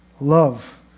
Love